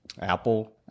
apple